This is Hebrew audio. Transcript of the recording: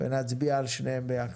ונצביע על שניהם ביחד.